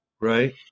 right